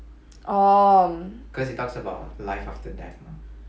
orh